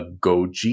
Goji